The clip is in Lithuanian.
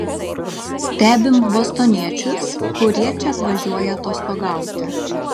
stebim bostoniečius kurie čia atvažiuoja atostogauti